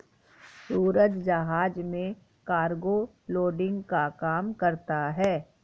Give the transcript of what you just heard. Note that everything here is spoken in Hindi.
सूरज जहाज में कार्गो लोडिंग का काम करता है